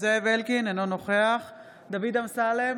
אינו נוכח דוד אמסלם,